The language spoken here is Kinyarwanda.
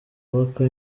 bubaka